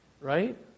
Right